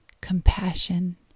compassion